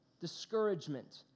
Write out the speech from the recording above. discouragement